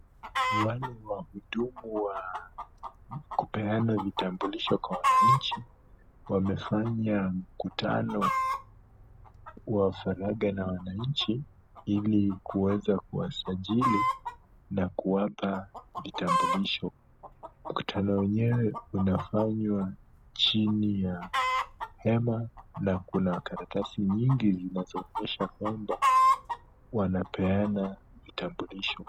Wale ni wahudumu wa kupeana vitambulisho kwa wananchi. Wamefanya mkutano wa faragha na wananchi, ili kuweza kuwasajili na kuwapa vitambulisho. Mkutano wenyewe unafanywa chini ya hema na kuna karatasi nyingi zinazoonyesha kwamba wanapeana vitambulisho.